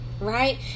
right